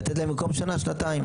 לתת להם במקום שנה שנתיים.